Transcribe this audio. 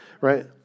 right